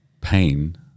pain